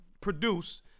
produce